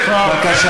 אותי אתה תוקף?